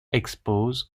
expose